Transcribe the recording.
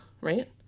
right